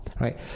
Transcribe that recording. right